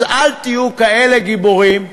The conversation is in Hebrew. אז אל תהיו כאלה גיבורים,